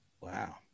Wow